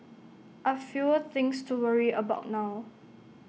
I've fewer things to worry about now